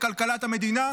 לכלכלת המדינה.